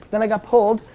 then i got pulled,